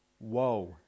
whoa